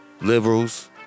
liberals